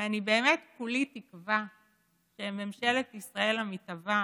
ואני באמת כולי תקווה שממשלת ישראל המתהווה,